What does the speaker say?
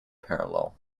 parallel